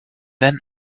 then